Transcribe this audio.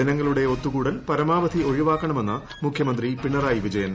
ജനങ്ങളുടെ ഒത്തുകൂടൽ പരമാവധി ഒഴിവാക്കണമെന്ന് മുഖ്യമന്ത്രി പിണറായി വിജയൻ